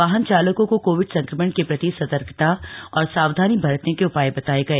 वाहन चालकों को कोविड संक्रमण के प्रति सर्तकता और सावधानी बरतने के उपाय बताए गए